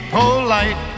polite